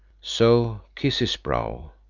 so kiss his brow,